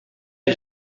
les